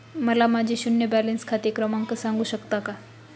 मला माझे शून्य बॅलन्स खाते क्रमांक सांगू शकता का?